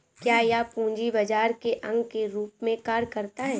क्या यह पूंजी बाजार के अंग के रूप में कार्य करता है?